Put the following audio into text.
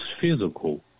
physical